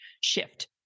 shift